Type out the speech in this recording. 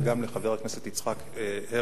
וגם אל חבר הכנסת יצחק הרצוג.